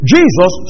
Jesus